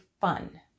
fun